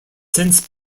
since